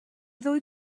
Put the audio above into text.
ddwy